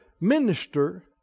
minister